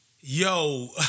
yo